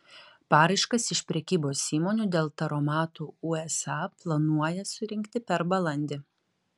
paraiškas iš prekybos įmonių dėl taromatų usa planuoja surinkti per balandį